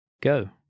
Go